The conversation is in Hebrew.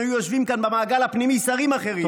היו יושבים כאן במעגל הפנימי שרים אחרים.